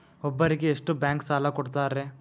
ಒಬ್ಬರಿಗೆ ಎಷ್ಟು ಬ್ಯಾಂಕ್ ಸಾಲ ಕೊಡ್ತಾರೆ?